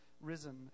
risen